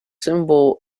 symbol